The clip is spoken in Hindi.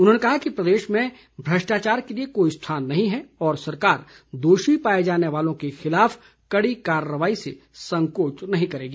उन्होंने कहा कि प्रदेश में भ्रष्टाचार के लिए कोई स्थान नहीं है और सरकार दोषी पाए जाने वालों के खिलाफ कड़ी कार्रवाई से संकोच नहीं करेगी